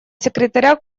секретаря